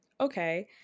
okay